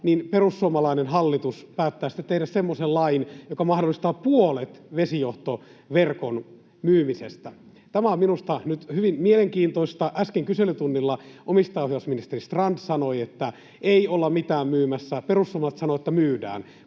perussuomalainen hallitus päättää sitten tehdä semmoisen lain, joka mahdollistaa puolet vesijohtoverkon myymisestä. Tämä on minusta nyt hyvin mielenkiintoista. Äsken kyselytunnilla omistajaohjausministeri Strand sanoi, että ei olla mitään myymässä. Perussuomalaiset sanovat, että myydään.